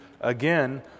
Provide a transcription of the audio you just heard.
again